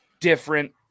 different